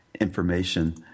information